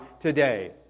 today